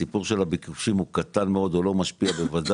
הסיפור של הביקושים הוא קטן מאוד הוא לא משפיע בוודאי